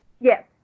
Yes